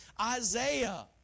Isaiah